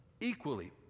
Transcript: Equally